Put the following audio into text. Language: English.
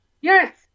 Yes